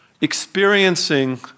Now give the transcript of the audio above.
experiencing